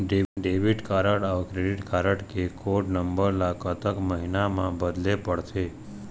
Debit card अऊ credit card के code number ला कतक महीना मा बदले पड़थे?